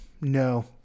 no